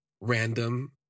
random